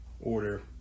order